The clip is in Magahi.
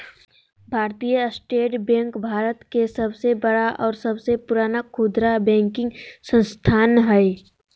भारतीय स्टेट बैंक भारत के सबसे बड़ा और सबसे पुराना खुदरा बैंकिंग संस्थान हइ